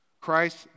Christ